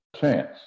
chance